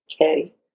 okay